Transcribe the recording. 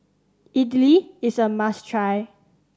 idili is a must try